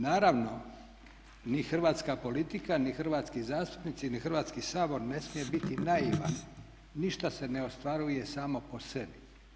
Naravno ni hrvatska politika, ni hrvatski zastupnici, ni Hrvatski sabor ne smije biti naivan, ništa se ne ostvaruje samo po sebi.